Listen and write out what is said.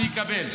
אני אקבל.